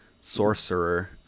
sorcerer